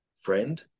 friend